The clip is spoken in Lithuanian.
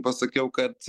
pasakiau kad